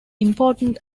important